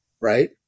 Right